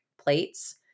plates